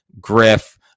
Griff